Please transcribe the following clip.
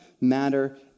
matter